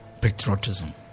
patriotism